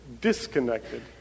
disconnected